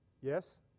Yes